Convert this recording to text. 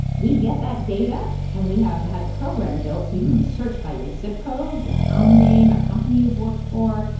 we get that data and we have had a program built so you can search by your zip code, your town name, a company you've worked for,